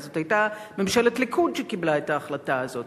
וזו היתה ממשלת ליכוד שקיבלה את ההחלטה הזאת.